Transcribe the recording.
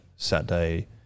Saturday